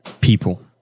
people